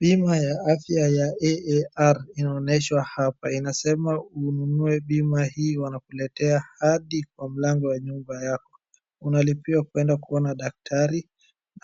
Bima ya afya ya AAR inaonyeshwa hapa inasema ununue bima hii wanakuletea hadi kwa mlango ya nyumba yako. Unalipia kundea kuona daktari